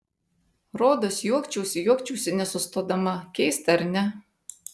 rodos juokčiausi juokčiausi nesustodama keista ar ne